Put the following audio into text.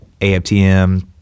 AFTM